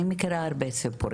אני מכירה הרבה סיפורים.